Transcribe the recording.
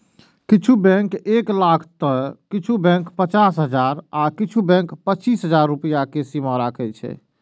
किछु बैंक एक लाख तं किछु बैंक पचास हजार आ किछु बैंक पच्चीस हजार रुपैया के सीमा राखै छै